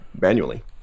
manually